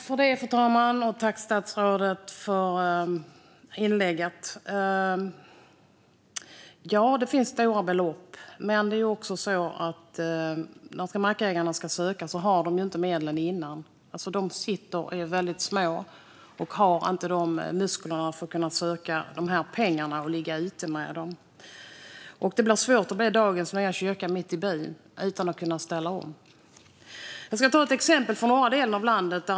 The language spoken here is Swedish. Fru talman! Tack, statsrådet, för inlägget! Ja, det finns stora belopp. Men mackägarna har inte medlen när de ska söka. De är väldigt små och har inte musklerna för att kunna ligga ute med de här pengarna. Det är svårt att bli dagens nya kyrka mitt i byn om man inte kan ställa om. Jag ska ta ett exempel från norra delen av landet.